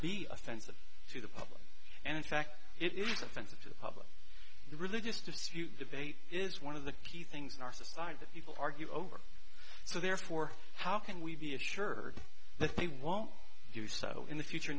be offensive to the public and in fact it is offensive to the public the religious dispute debate is one of the few things in our society that people argue over so therefore how can we be assured that they won't do so in the future